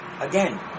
again